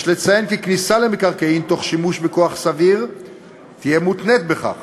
יש לציין כי כניסה למקרקעין תוך שימוש בכוח סביר תהיה מותנית בכך